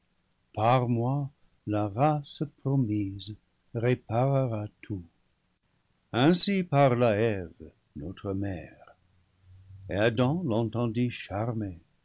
par moi la race promise réparera tout ainsi parla eve notre mère et adam l'entendit charmé